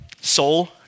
Soul